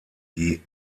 die